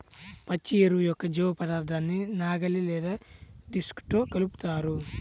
పచ్చి ఎరువు యొక్క జీవపదార్థాన్ని నాగలి లేదా డిస్క్తో కలుపుతారు